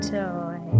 toy